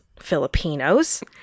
Filipinos